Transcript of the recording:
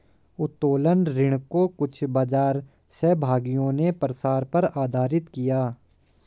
उत्तोलन ऋण को कुछ बाजार सहभागियों ने प्रसार पर आधारित किया